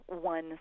one